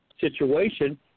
situation